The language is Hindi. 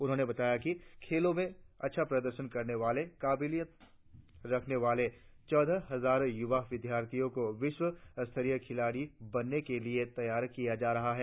उन्होंने बताया कि खेलों में अच्छा प्रदर्शन करने की काबलियत रखने वाले चौदह हजार युवा विद्यार्थियों को विश्व स्तरीय खिलाड़ी बनाने के लिए तैयार किया जा रहा है